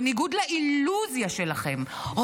בניגוד לאילוזיה שלכם,